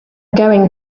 going